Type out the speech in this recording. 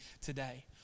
today